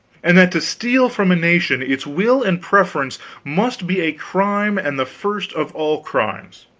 and that to steal from a nation its will and preference must be a crime and the first of all crimes.